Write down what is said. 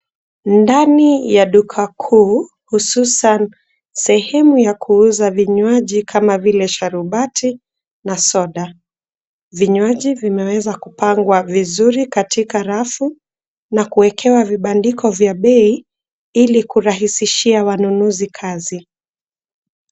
Ndani ya duka kuu, hususan sehemu ya kuuza vinywaji kama vile sharubati na soda. Vinywaji vimeweza kupangwa vizuri katika rafu na kuekewa vibandiko vya bei ili kurahisishia wanunuzi kazi.